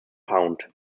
pound